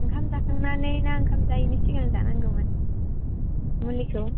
ओंखाम जाखांनानै ना ओंखाम जायिनि सिगां जानांगौमोन मुलिखौ